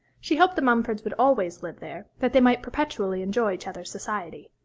she hoped the mumfords would always live there, that they might perpetually enjoy each other's society.